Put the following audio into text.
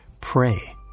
pray